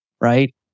right